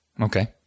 Okay